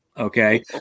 Okay